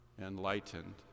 Enlightened